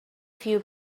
few